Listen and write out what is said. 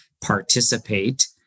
participate